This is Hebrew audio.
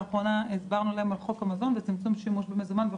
לאחרונה הסברנו להם על חוק המזון וצמצום השימוש במזומן,